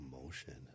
emotion